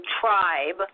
tribe